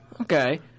Okay